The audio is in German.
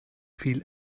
viel